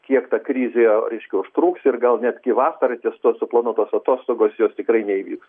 kiek ta krizė reiškia užtruks ir gal netgi vasarą tos suplanuotos atostogos jos tikrai neįvyks